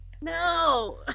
No